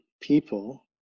people